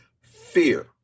fear